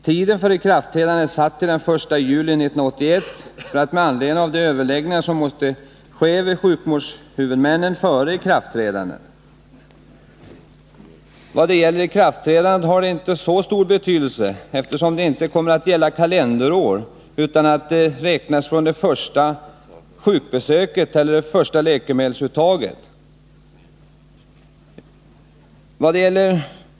Man har valt den 1 juli 1981 som tid för ikraftträdandet med anledning av de överläggningar som måste ske med sjukvårdshuvudmännen före ikraftträdandet. Tiden för ikraftträdandet kommer inte att ha så stor betydelse, eftersom det inte kommer att gälla kalenderår utan tidpunkten för det första sjukbesöket eller det första läkemedelsuttaget.